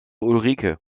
ulrike